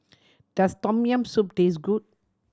does Tom Yam Soup taste good